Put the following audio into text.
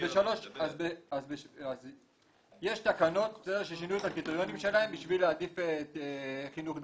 יש תקנות ששינו את הקריטריונים שלהם בשביל להעדיף חינוך דתי.